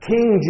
King